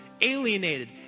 alienated